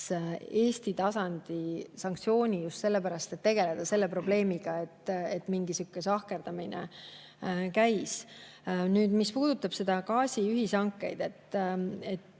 Eesti tasandi sanktsiooni just sellepärast, et tegeleda selle probleemiga, sest mingisugune sahkerdamine käis. Mis puudutab gaasi ühishankeid,